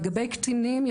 לגבי קטינים,